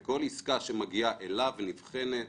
כל עסקה שמגיעה אליו נבחנת,